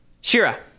Shira